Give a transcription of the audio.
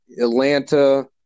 atlanta